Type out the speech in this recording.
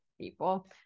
people